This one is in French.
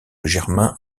germain